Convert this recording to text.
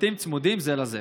בבתים צמודים זה לזה.